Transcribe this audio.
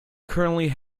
currently